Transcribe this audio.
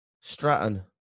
Stratton